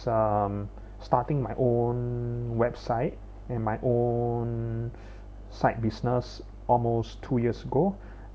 um starting my own website and my own side business almost two years ago